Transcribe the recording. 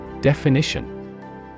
Definition